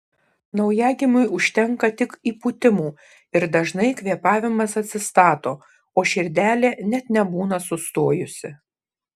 naujagimiui užtenka tik įpūtimų ir dažnai kvėpavimas atsistato o širdelė net nebūna sustojusi